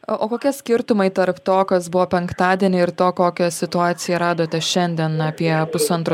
o o kokie skirtumai tarp to kas buvo penktadienį ir to kokią situaciją radote šiandien apie pusantro